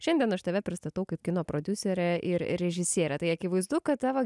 šiandien aš tave pristatau kaip kino prodiuserę ir režisierę tai akivaizdu kad tavo